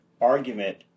argument